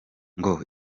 ngo